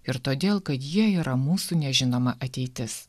ir todėl kad jie yra mūsų nežinoma ateitis